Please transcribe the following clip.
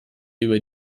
über